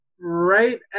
right